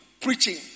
preaching